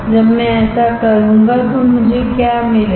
जब मैं ऐसा करूंगा तो मुझे क्या मिलेगा